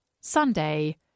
Sunday